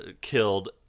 killed